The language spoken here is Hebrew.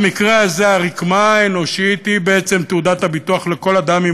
במקרה הזה הרקמה האנושית היא בעצם תעודת הביטוח לכל אדם עם